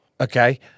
Okay